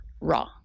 raw